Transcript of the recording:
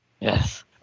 yes